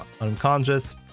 unconscious